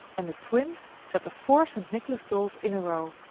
and the twins set the four st. nicholas dolls in a row,